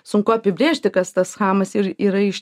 sunku apibrėžti kas tas chamas ir yra iš